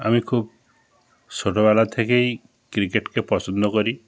আমি খুব ছোটোবেলা থেকেই ক্রিকেটকে পছন্দ করি